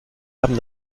haben